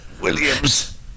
Williams